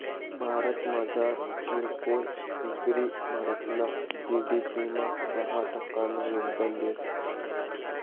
भारतमझार कीरकोय इकरी भारतना जी.डी.पी मा दहा टक्कानं योगदान देस